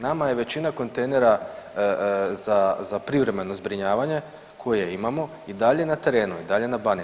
Nama je većina kontejnera za privremeno zbrinjavanje koje imamo i dalje na terenu i dalje na Baniji.